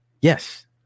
Yes